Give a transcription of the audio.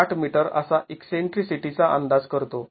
८ metre असा eccentricity चा अंदाज करतो